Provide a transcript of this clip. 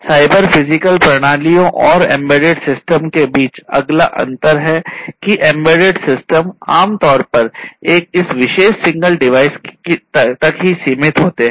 cyber physical प्रणालियों और embedded system के बीच अगला अंतर है कि एक एम्बेडेड सिस्टम आम तौर पर इस विशेष सिंगल डिवाइस तक ही सीमित है